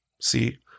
See